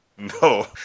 No